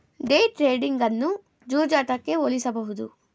day trading ಅನ್ನು ಜೂಜಾಟಕ್ಕೆ ಹೋಲಿಸಬಹುದು